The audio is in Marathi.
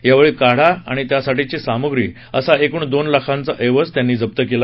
यावेळी काढा आणि त्यासाठीची सामुग्री असा एकूण दोन लाखाचा ऐवज त्यांनी जप्त केला